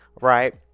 right